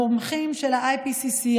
המומחים של ה-IPCC,